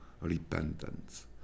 repentance